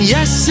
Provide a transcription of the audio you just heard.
Yes